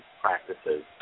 practices